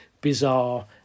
bizarre